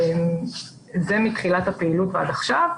זה מתחילת הפעילות ועד עכשיו,